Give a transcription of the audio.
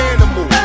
Animal